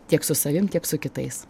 tiek su savim tiek su kitais